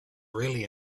really